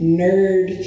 nerd